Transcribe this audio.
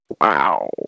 Wow